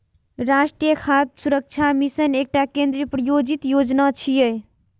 राष्ट्रीय खाद्य सुरक्षा मिशन एकटा केंद्र प्रायोजित योजना छियै